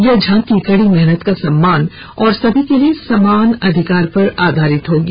यह झांकी कड़ी मेहनत का सम्मान और सभी के लिए समान अधिकार पर आधारित होगी